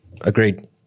agreed